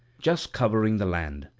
just covering the land.